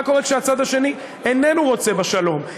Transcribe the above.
מה קורה כשהצד האחר איננו רוצה בשלום?